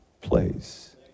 place